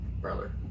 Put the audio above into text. brother